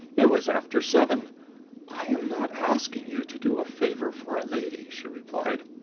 it was after seven i am not asking you to do a favor for a lady, she replied.